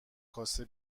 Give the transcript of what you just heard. کاسه